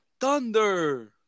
Thunder